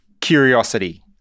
curiosity